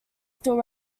still